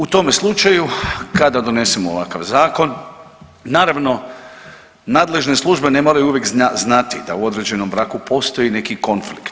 U tome slučaju kada donesemo ovakav zakon naravno nadležne službe ne moraju uvijek znati da u određenom braku postoji neki konflikt.